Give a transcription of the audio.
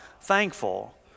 thankful